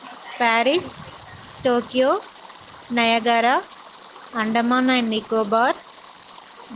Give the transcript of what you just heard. Paris Tokyo Niagara Andaman and Nicobar